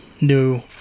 new